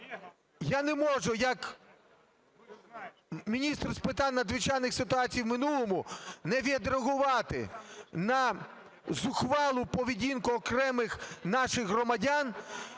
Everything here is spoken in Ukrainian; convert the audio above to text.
я не можу, як міністр з питань надзвичайних ситуацій в минулому не відреагувати на зухвалу поведінку окремих наших громадян,